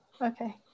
Okay